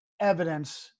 evidence